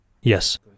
Yes